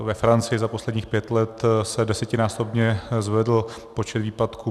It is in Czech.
Ve Francii za posledních pět let se desetinásobně zvedl počet výpadků.